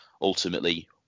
ultimately